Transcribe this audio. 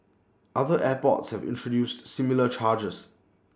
other airports have introduced similar charges